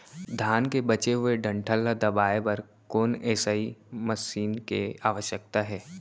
धान के बचे हुए डंठल ल दबाये बर कोन एसई मशीन के आवश्यकता हे?